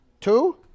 Two